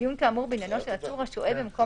בדיון כאמור בעניינו של עצור השוהה במקום